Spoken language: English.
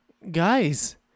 Guys